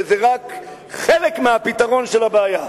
שזה רק חלק מהפתרון של הבעיה?